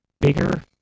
bigger